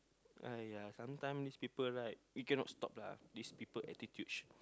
!aiya! sometime this people right you cannot stop lah this people attitude